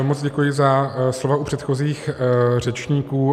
Moc děkuji za slova u předchozích řečníků.